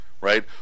right